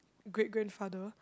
great grandfather